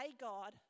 God